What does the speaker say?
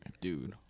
dude